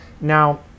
Now